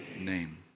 name